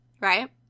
Right